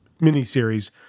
miniseries